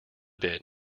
bit